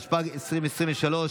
התשפ"ג 2023,